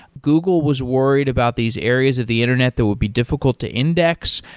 google was worried about these areas of the internet that would be difficult to index.